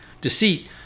deceit